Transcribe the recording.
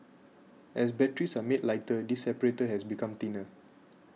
as batteries are made lighter this separator has become thinner